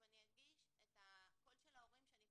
אני אדגיש את הקול של ההורים שאני פוגשת,